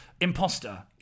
Imposter